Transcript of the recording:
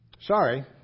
Sorry